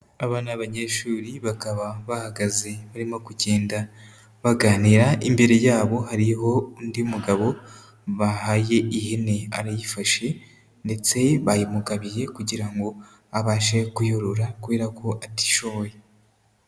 Aba ni abanyeshuri bakaba bahagaze barimo kugenda baganira, imbere yabo hariho undi mugabo bahaye ihene, arayifashe ndetse bayimugabiye kugira ngo abashe kuyorora kubera ko atishoboye.